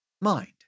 mind